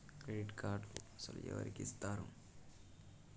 Credit కార్డులు అసలు ఎవరికి ఇస్తారు?